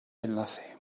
enlace